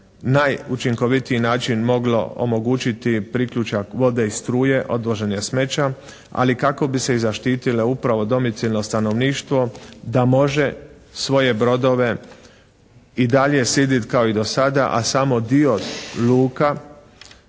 najučinkovitiji način moglo omogućiti priključak vode i struje, odvoženje smeća, ali kako bi se i zaštitilo upravo domicijelno stanovništvo da može svoje brodove i dalje sidriti kao i do sada, a samo dio luka